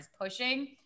pushing